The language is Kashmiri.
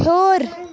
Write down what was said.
ہیوٚر